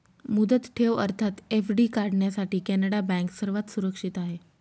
मुदत ठेव अर्थात एफ.डी काढण्यासाठी कॅनडा बँक सर्वात सुरक्षित आहे